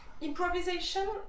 Improvisation